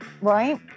Right